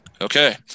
Okay